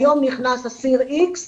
היום נכנס אסיר X,